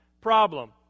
problem